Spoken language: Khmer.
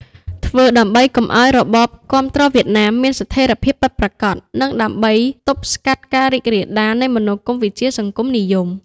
ធ្វើដើម្បីកុំឱ្យរបបគាំទ្រវៀតណាមមានស្ថិរភាពពិតប្រាកដ និងដើម្បីទប់ស្កាត់ការរីករាលដាលនៃមនោគមវិជ្ជាសង្គមនិយម។